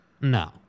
No